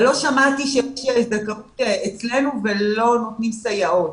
אבל לא שמעתי --- הזכאות אצלנו ולא נותנים סייעות.